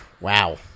Wow